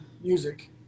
Music